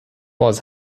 was